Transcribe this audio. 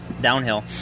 downhill